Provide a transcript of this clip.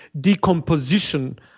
decomposition